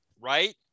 right